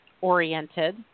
oriented